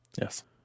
Yes